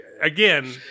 Again